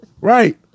Right